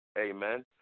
amen